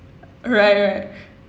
right right